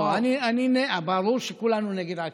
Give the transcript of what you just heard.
זה לא, לא, ברור שכולנו נגד עקירות.